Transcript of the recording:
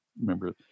remember